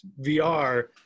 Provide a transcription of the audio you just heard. VR